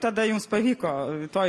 tada jums pavyko to